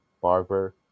Barber